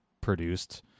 produced